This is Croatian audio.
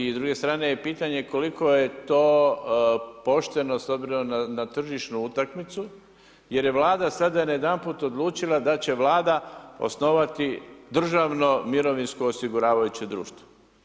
I s druge strane je pitanje koliko je to pošteno s obzirom na tržišnu utakmicu jer je Vlada sada najedanput odlučila da će Vlada osnovati državno mirovinsko osiguravajuće društvo.